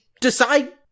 decide